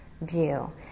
view